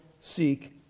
seek